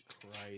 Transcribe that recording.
Christ